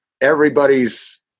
everybody's